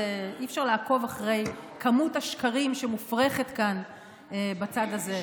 אי-אפשר לעקוב אחרי כמות השקרים שמופרחת כאן בצד הזה.